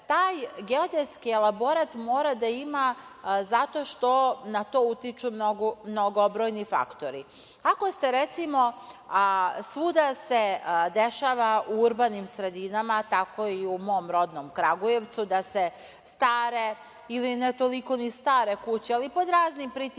taj geodetski elaborat mora da ima zato što na to utiču mnogobrojni faktori. Ako ste, recimo, a svuda se dešava u urbanim sredinama, tako je i u mom rodnom Kragujevcu, da se stare, ili ne toliko ni stare kuće, ali pod raznim pritiscima